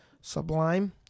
sublime